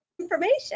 Information